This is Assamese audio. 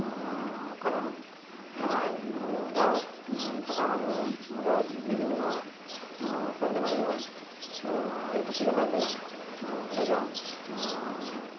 কাৰণ আমাৰ গাঁৱত থকা মানুহে আমি গাঁৱত বিভিন্ন খেল ধেমালি হয় আৰু আমি ভাটিবেলা হ'লে ওলাই যাওঁ